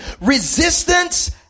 Resistance